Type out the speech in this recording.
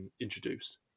introduced